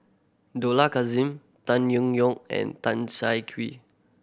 Dollah Kassim Tan Yong Yong and Tan Siah Kwee